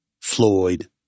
Floyd